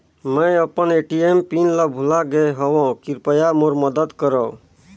मैं अपन ATM PIN ल भुला गे हवों, कृपया मोर मदद करव